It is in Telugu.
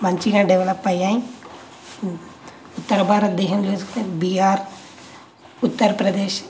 మంచిగా డెవలప్ అయినాయి ఉత్తర భారతదేశం చూస్తే బీహార్ ఉత్తరప్రదేశ్